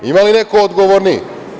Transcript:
Ima li neko odgovorniji?